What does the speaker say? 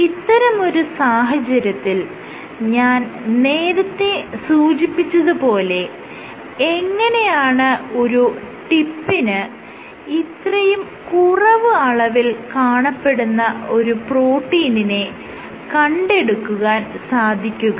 ഇത്തരം ഒരു സാഹചര്യത്തിൽ ഞാൻ നേരത്തെ സൂചിപ്പിച്ചത് പോലെ എങ്ങനെയാണ് ഒരു ടിപ്പിന് ഇത്രയും കുറവ് അളവിൽ കാണപ്പെടുന്ന ഒരു പ്രോട്ടീനിനെ കണ്ടെടുക്കുവാൻ സാധിക്കുക